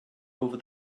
over